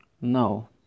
No